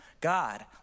God